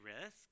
risk